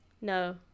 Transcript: no